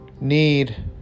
Need